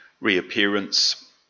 reappearance